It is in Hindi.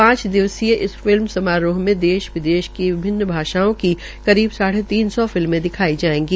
पांच दिवसीय समारोह में देश विदेश की विभिन्न भाषाओं की करीब साढ़े तीन सौ फिल्में दिखाई जाएंगी